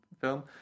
film